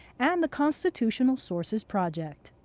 and the constitutional sources project.